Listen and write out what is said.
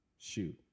Shoot